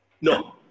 No